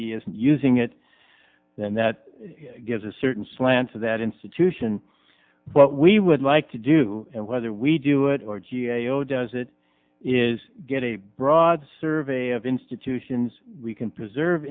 using it then that gives a certain slant to that institution what we would like to do and whether we do it or g a o does it is get a broad survey of institutions we can preserve